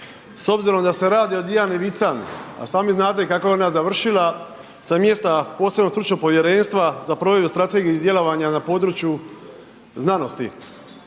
s obzirom da se radi o Dijani Vican, a sami znate kako je ona završila sa mjesta posebnog stručnog povjerenstva za provedbu i strategije i djelovanja na području znanosti